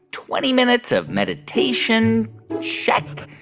twenty minutes of meditation check.